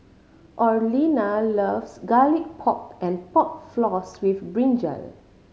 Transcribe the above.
Orlena loves Garlic Pork and Pork Floss with brinjal